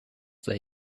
they